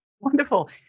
Wonderful